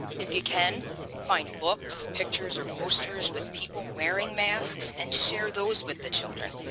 if you can find books, pictures, or posters with people wearing masks and share those with the children.